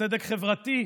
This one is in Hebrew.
צדק חברתי?